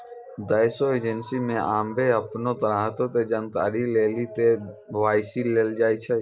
गैसो एजेंसी मे आबे अपनो ग्राहको के जानकारी लेली के.वाई.सी लेलो जाय छै